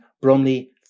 Bromley